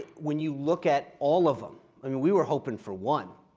when you look at all of them i mean we were hoping for one.